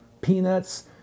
peanuts